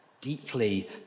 deeply